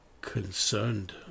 concerned